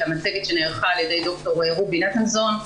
את המצגת שנערכה על ידי ד"ר רובי נתנזון,